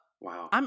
Wow